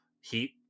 Heat